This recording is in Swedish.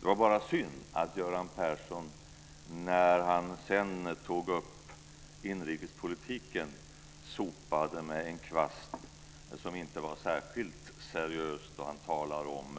Det var bara synd att Göran Persson, när han sedan tog upp inrikespolitiken, sopade med en kvast som inte var särskilt seriös då han talade om